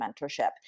mentorship